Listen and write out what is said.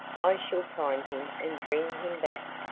i shall find him and bring him back.